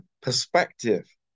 perspective